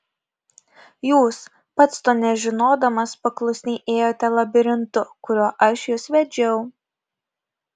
jūs pats to nežinodamas paklusniai ėjote labirintu kuriuo aš jus vedžiau